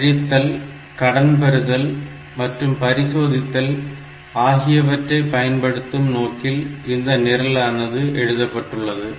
கழித்தல் கடன் பெறுதல் மற்றும் பரிசோதித்தல் ஆகியவற்றை பயன்படுத்தும் நோக்கில் இந்த நிரலானது எழுதப்பட்டுள்ளது